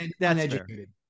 uneducated